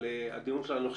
אנחנו לא נדון